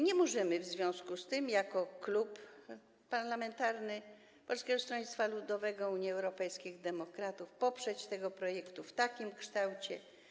Nie możemy w związku z tym jako Klub Poselski Polskiego Stronnictwa Ludowego - Unii Europejskich Demokratów poprzeć tego projektu w takim kształcie.